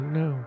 no